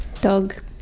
Dog